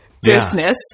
business